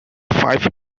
five